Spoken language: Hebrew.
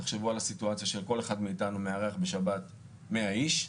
תחשבו על סיטואציה שכל אחד מאתנו מארח בשבת 100 איש,